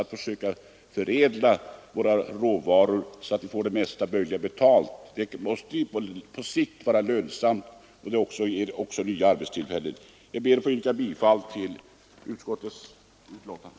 Att försöka förädla våra råvaror så att vi får så bra betalt för dem som möjligt måste på sikt vara lönsamt. Det gor också nya arbetstillfällen. Jag ber att få yrka bifall till vad utskottet hemställt.